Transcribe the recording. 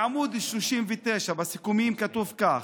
בעמ' 39, בסיכומים, כתוב כך: